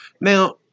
Now